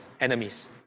enemies